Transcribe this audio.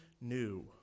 new